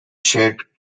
shared